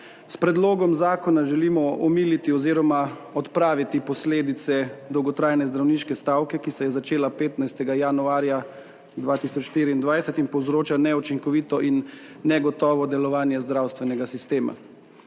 S predlogom zakona želimo omiliti oziroma odpraviti posledice dolgotrajne zdravniške stavke, ki se je začela 15. januarja 2024 in povzroča neučinkovito in negotovo delovanje zdravstvenega sistema.